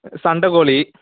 சண்டக்கோழி